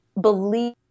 Believe